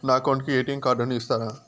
నా అకౌంట్ కు ఎ.టి.ఎం కార్డును ఇస్తారా